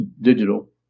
digital